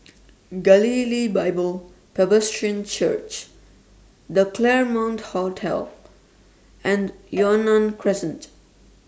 Galilee Bible Presbyterian Church The Claremont Hotel and Yunnan Crescent